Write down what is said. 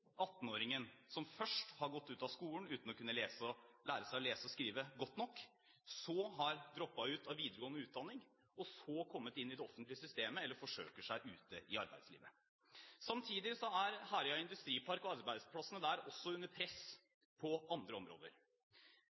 som først har gått ut av skolen uten å ha lært seg å lese og skrive godt nok, så har droppet ut av videregående utdanning og så kommet inn i det offentlige systemet eller forsøker seg ute i arbeidslivet. Samtidig er Herøya Industripark og arbeidsplassene der under press også på andre områder.